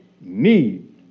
need